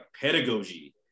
pedagogy